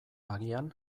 agian